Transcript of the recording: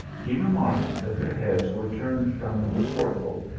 he remarked that their heads were turned from the portal,